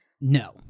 No